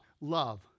Love